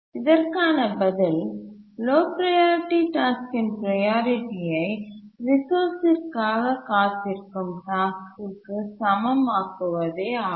இதற்கான பதில்லோ ப்ரையாரிட்டி டாஸ்க்கின் ப்ரையாரிட்டியை ரிசோர்ஸ்சிற்காக காத்திருக்கும் டாஸ்க்கிற்கு சமம் ஆக்குவதே ஆகும்